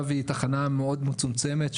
עכשיו היא תחנה מאוד מצומצמת,